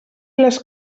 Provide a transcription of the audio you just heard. les